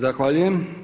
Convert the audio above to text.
Zahvaljujem.